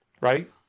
right